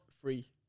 free